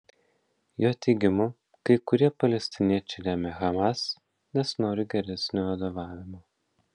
jo teigimu kai kurie palestiniečiai remia hamas nes nori geresnio vadovavimo